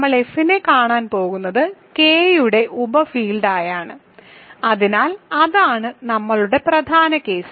നമ്മൾ F നെ കാണാൻ പോകുന്നത് K യുടെ ഉപഫീൽഡായാണ് അതിനാൽ അതാണ് നമ്മളുടെ പ്രധാന കേസ്